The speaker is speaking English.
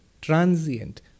Transient